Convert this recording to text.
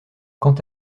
quant